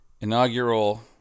inaugural